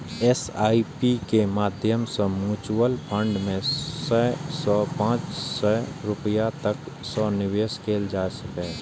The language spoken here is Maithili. एस.आई.पी के माध्यम सं म्यूचुअल फंड मे सय सं पांच सय रुपैया तक सं निवेश कैल जा सकैए